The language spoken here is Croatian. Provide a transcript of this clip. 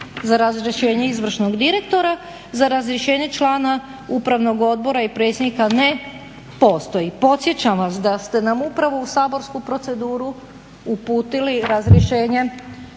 za razrješenje izvršnog direktora, za razrješenje člana upravnog odbora i predsjednika ne postoji. Podsjećam vas da ste nam upravo u saborsku proceduru uputili razrješenje